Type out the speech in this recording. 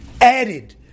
added